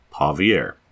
Javier